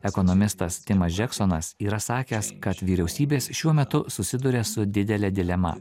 ekonomistas timas džeksonas yra sakęs kad vyriausybės šiuo metu susiduria su didele dilema